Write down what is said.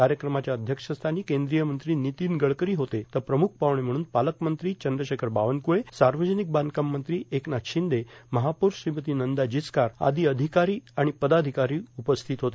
कायक्रमाच्या अध्यक्षस्थानी कद्रीय मंत्री र्मितीन गडकरी होते तर प्रमुख पाहुणे म्हणून पालकमंत्री चंद्रशेखर बावनक्रळे सावर्जानक बांधकाम मंत्री एकनाथ शिंदे महापौर श्रीमती नंदा जिचकार आदो अधिकारो आणि पर्दाधिकारो उपस्थित होते